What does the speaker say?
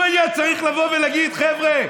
הוא היה צריך לבוא ולהגיד: חבר'ה,